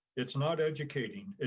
it's not educating,